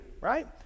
right